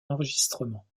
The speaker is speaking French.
enregistrements